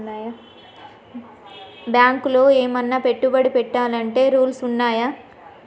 బ్యాంకులో ఏమన్నా పెట్టుబడి పెట్టాలంటే రూల్స్ ఉన్నయా?